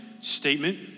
statement